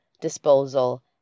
disposal